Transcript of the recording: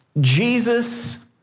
Jesus